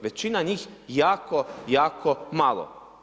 Većina njih jako, jako malo.